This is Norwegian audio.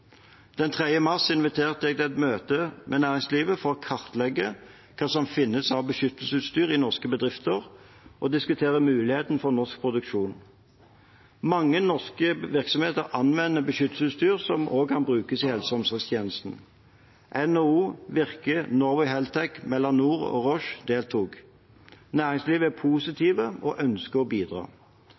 mars inviterte jeg til et møte med næringslivet for å kartlegge hva som finnes av beskyttelsesutstyr i norske bedrifter, og diskutere muligheten for norsk produksjon. Mange norske virksomheter anvender beskyttelsesutstyr som også kan brukes av helse- og omsorgstjenestene. NHO, Virke, Norway Health Tech, Melanor og Roche deltok. Næringslivet er positive og ønsker å bidra.